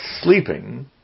sleeping